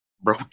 Bro